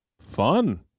Fun